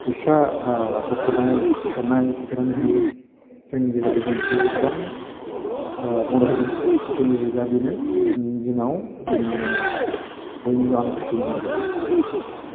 फैसा बखनाय सोनाय बेफोरानो होन जोंनि गेजेराव दिनै बेफोरबायदि गोबां मदद होदों टेक्न'ल'जि जुगा बेनो दिनैनि दिनाव जोंनि बयनिबो आंगोसिन आंगो